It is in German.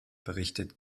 berichtet